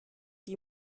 die